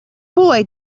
boy